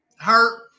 hurt